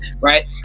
right